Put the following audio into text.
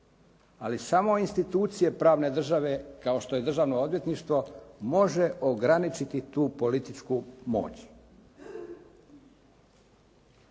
Ali samo institucije pravne države kao što je Državno odvjetništvo može ograničiti tu političku moć.